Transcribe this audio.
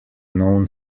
known